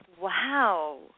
Wow